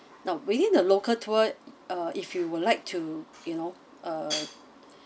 now within the local tour uh if you would like to you know uh